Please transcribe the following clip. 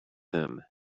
him